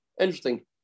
Interesting